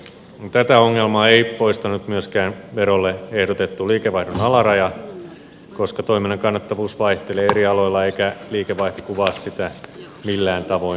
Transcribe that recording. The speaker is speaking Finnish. tätä ongelmaa ei poistanut myöskään verolle ehdotettu liikevaihdon alaraja koska toiminnan kannattavuus vaihtelee eri aloilla eikä liikevaihto kuvaa sitä millään tavoin yhteismitallisesti